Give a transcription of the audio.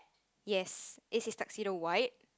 yes is his tuxedo white